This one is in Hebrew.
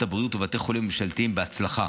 הבריאות ובתי חולים ממשלתיים בהצלחה